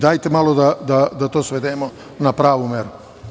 Dajte da to malo svedemo na pravu meru.